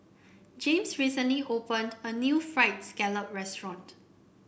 James recently opened a new Fried Scallop Restaurant